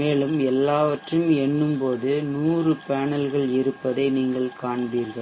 மேலும் எல்லாவற்றையும் எண்ணும்போது 100 பேனல்கள் இருப்பதை நீங்கள் காண்பீர்கள்